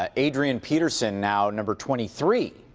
ah adrian peterson now number twenty three,